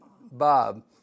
Bob